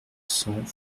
cents